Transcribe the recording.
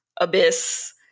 abyss